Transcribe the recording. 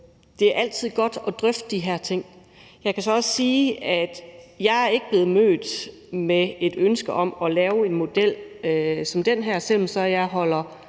det er altid godt at drøfte de her ting. Jeg kan så også sige, at jeg ikke er blevet mødt med et ønske om at lave en model som den her, selv om jeg holder